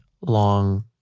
long